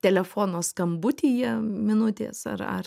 telefono skambutyje minutės ar ar